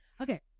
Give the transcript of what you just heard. okay